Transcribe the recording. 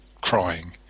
crying